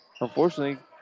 Unfortunately